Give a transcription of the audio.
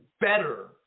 better